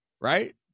right